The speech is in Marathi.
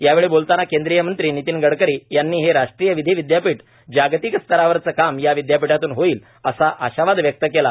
यावेळी बोलतांना केंद्रीय मंत्री नितीन गडकरी यांनी हे राष्ट्रीय विधी विदयापीठ जागतिक स्तरावरचे काम या विदयापीठातून होईल असा आशावाद व्यक्त केला